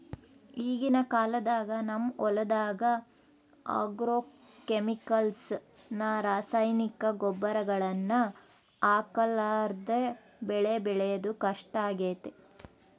ಈಗಿನ ಕಾಲದಾಗ ನಮ್ಮ ಹೊಲದಗ ಆಗ್ರೋಕೆಮಿಕಲ್ಸ್ ನ ರಾಸಾಯನಿಕ ಗೊಬ್ಬರಗಳನ್ನ ಹಾಕರ್ಲಾದೆ ಬೆಳೆ ಬೆಳೆದು ಕಷ್ಟಾಗೆತೆ